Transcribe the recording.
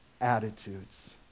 attitudes